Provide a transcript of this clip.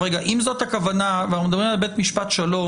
אם זאת הכוונה ואנחנו מדברים על בית משפט שלום